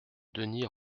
denys